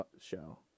show